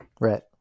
Right